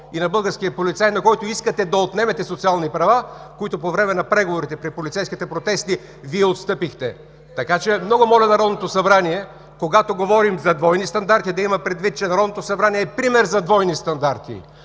и на българския полицай, на който искате да отнемете социални права, за които по време на преговорите при полицейските протести отстъпихте. Така че много моля Народното събрание, когато говорим за двойни стандарти, да има предвид, че Народното събрание е пример за двойни стандарти: